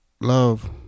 love